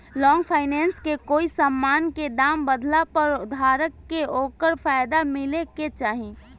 long finance में कोई समान के दाम बढ़ला पर धारक के ओकर फायदा मिले के चाही